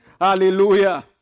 Hallelujah